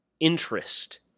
interest